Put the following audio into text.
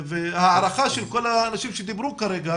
וההערכה של כל האנשים שדיברו כרגע,